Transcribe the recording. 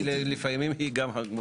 לפעמים היא גם מוסד התכנון.